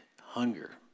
hunger